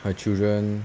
her children